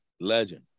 legend